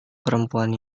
perempuan